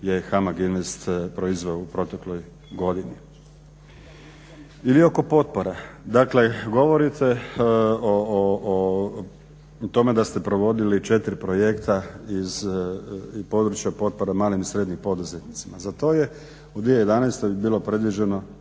je HAMAG INVEST proizveo u protekloj godini. Ili oko potpora, dakle govorite o tome da ste provodili 4 projekta iz područja potpora malim i srednjim poduzetnicima. Za to je u 2011.bilo predviđeno